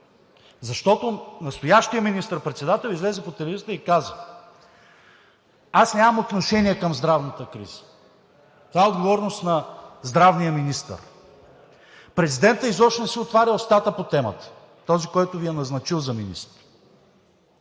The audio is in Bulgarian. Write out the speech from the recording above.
защото настоящият министър председател излезе по телевизията и каза: аз нямам отношение към здравната криза – това е отговорност на здравния министър. Президентът изобщо не си отваря устата по темата – този, който ги е назначил за министри.